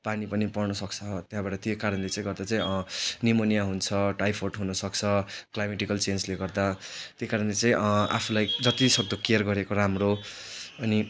पानी पनि पर्नु सक्छ त्याँबाट त्यही कारणले चाहिँ गर्दा चाहिँ निमोनिया हुन्छ टाइफोइड हुन सक्छ क्लाइमेटिकल चेन्जले गर्दा त्यही कारणले चाहिँ आफुलाई जति सक्दो केयर गरेको राम्रो अनि